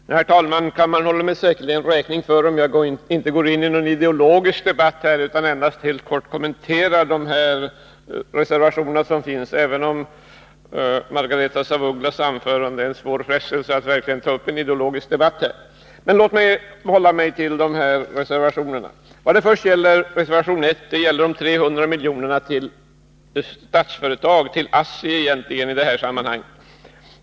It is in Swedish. Herr talman! Kammaren håller mig säkerligen räkning för att jag inte går in i någon ideologisk debatt utan endast helt kort kommenterar reservationerna, även om Margaretha af Ugglas anförande utgör en svår frestelse att ta upp en ideologisk debatt. Men låt mig hålla mig till reservationerna. Reservation 1 avser föreslagna 300 milj.kr. till Statsföretag eller egentligen till ASSI.